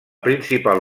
principal